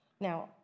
Now